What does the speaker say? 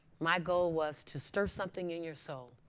my goal was to stir something in your soul,